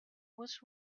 was